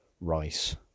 rice